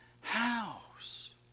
house